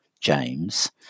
James